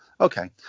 Okay